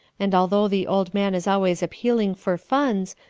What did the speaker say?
and although the old man is always appealing for funds,